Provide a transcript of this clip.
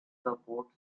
support